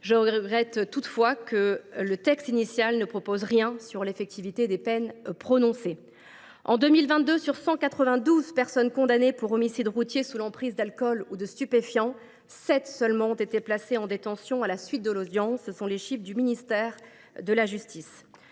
regret, le texte initial ne comportait rien sur l’effectivité des peines prononcées. En 2022, sur 192 personnes condamnées pour homicide routier sous l’empire d’alcool ou de stupéfiants, seules 7 ont été placées en détention à la suite de l’audience. Ce sont les chiffres du ministère de la justice.